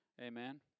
Amen